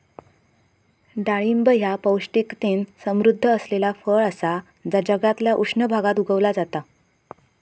डाळिंब ह्या पौष्टिकतेन समृध्द असलेला फळ असा जा जगातल्या उष्ण भागात उगवला जाता